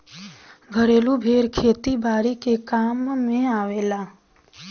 घरेलु भेड़ खेती बारी के कामे आवेले